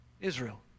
Israel